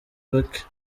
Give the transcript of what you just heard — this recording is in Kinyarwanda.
bake